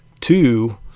two